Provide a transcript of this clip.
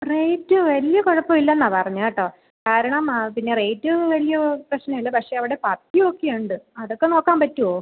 rate വലിയ കുഴപ്പം ഇല്ലയെന്നാണ് പറഞ്ഞത് കേട്ടോ കാരണം ആ പിന്നെ റേറ്റ് വലിയ പ്രശ്നമില്ല പക്ഷേ അവിടെ പത്ത്യമൊക്കെയുണ്ട് അതൊക്കെ നോക്കാൻ പറ്റുമോ